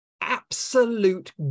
absolute